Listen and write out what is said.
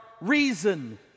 reason